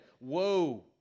Woe